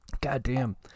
Goddamn